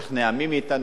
מי מאתנו לא רוצה,